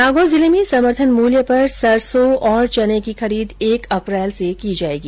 नागौर जिले में समर्थन मूल्य पर सरसों और चने की खरीद एक अप्रैल से की जाएगी